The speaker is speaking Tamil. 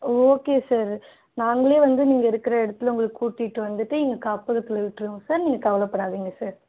ஓகே சார் நாங்களே வந்து நீங்கள் இருக்கிற இடத்துல உங்களை கூட்டிகிட்டு வந்துவிட்டு எங்கள் காப்பகத்தில் விட்டிருவோம் சார் நீங்கள் கவலைப்படாதீங்க சார்